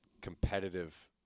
competitive